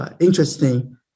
interesting